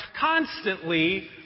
constantly